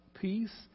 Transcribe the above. peace